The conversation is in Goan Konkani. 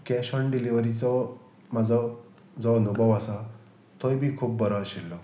कॅश ऑन डिलिवरीचो म्हजो जो अनुभव आसा तोय बी खूब बरो आशिल्लो